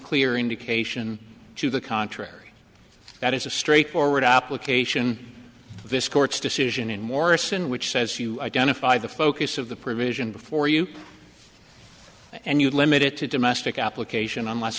clear indication to the contrary that is a straightforward application of this court's decision in morrison which says you identify the focus of the provision before you and you limit it to domestic application unless